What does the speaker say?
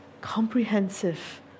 comprehensive